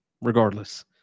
Regardless